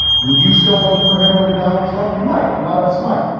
would you still vote for him over donald trump? you might. a lot of us might.